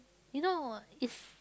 you know it's